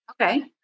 Okay